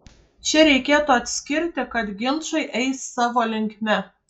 čia reikėtų atskirti kad ginčai eis savo linkme